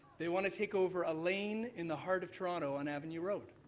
they want to take over a lane in the heart of toronto on avenue road.